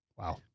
Wow